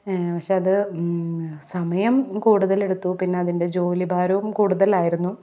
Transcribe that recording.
പക്ഷെ അത് സമയം കൂടുതൽ എടുത്തു പിന്നെ അതിൻ്റെ ജോലി ഭാരവും കൂടുതലായിരുന്നു